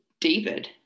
david